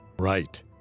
Right